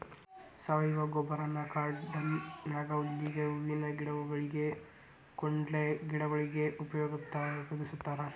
ಸಾವಯವ ಗೊಬ್ಬರನ ಗಾರ್ಡನ್ ನ್ಯಾಗ ಹುಲ್ಲಿಗೆ, ಹೂವಿನ ಗಿಡಗೊಳಿಗೆ, ಕುಂಡಲೆ ಗಿಡಗೊಳಿಗೆ ಉಪಯೋಗಸ್ತಾರ